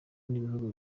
n’ibihugu